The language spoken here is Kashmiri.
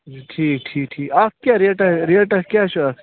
اچھا ٹھیٖک ٹھیٖک ٹھیٖک اَتھ کیٛاہ ریٹاہ ریٹاہ کیٛاہ چھُ اَتھ